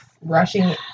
rushing